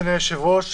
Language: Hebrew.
אדוני היושב-ראש,